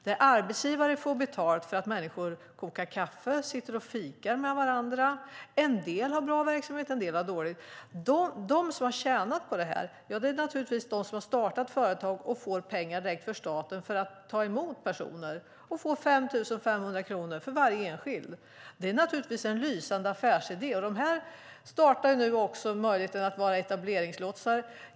Där får arbetsgivare betalt för att människor kokar kaffe och sitter och fikar med varandra. En del har bra verksamhet, och en del har dålig verksamhet. De som har tjänat på det här är naturligtvis de som har startat företag och får pengar direkt från staten för att ta emot personer - de får 5 500 kronor för varje enskild. Det är naturligtvis en lysande affärsidé. De startar nu också möjligheten att vara etableringslotsar.